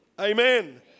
Amen